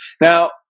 now